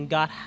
God